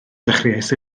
dechreuais